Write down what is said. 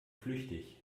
flüchtig